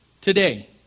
today